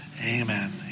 Amen